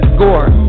gore